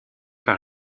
par